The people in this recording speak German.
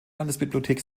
landesbibliothek